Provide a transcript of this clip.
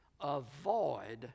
avoid